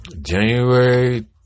January